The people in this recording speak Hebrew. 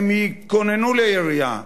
הם יתכוננו לירייה,